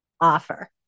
offer